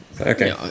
okay